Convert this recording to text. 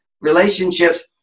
Relationships